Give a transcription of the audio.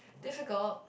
difficult